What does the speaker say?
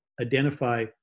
identify